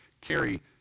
carry